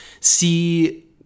see